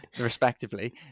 respectively